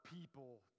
people